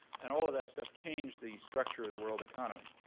and all of that stuff changed the structure of the world economy.